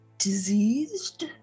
Diseased